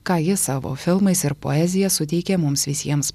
ką jis savo filmais ir poezija suteikė mums visiems